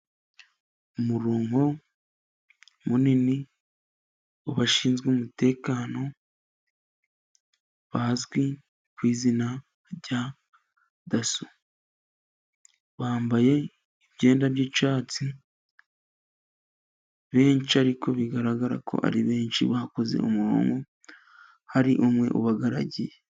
Umuronko munini w'abashinzwe umutekano bazwi ku izina rya daso, bambaye imyenda y'icyatsi benshi ariko bigaragarako ari benshi, bakoze umuronko hari umwe ubagaragiye.